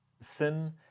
sin